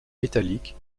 métallique